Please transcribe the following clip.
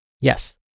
Yes